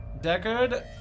Deckard